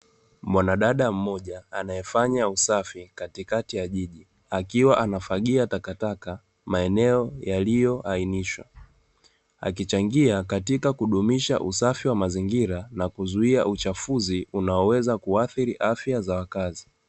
Mwanadada mmoja anayefanya usafi katikati ya jiji akiwa anafagia takataka maeneo yaliyoainishwa, akichangia katika kudumisha usafi wa mazingira na kuzuia uchafuzi unaoweza kuathiri afya za wakazi.